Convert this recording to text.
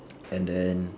and then